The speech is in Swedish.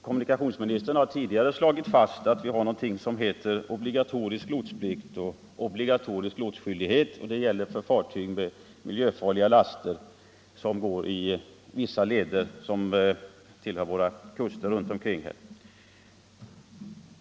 Kommunikationsministern har tidigare slagit fast att vi har obligatorisk lotsplikt och lotsskyldighet för fartyg med miljöfarliga laster som går i vissa leder längs våra kuster.